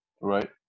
Right